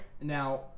Now